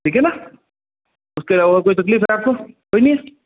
ठीक है ना उसके अलावा और कोई तकलीफ है आपको कोई नहीं है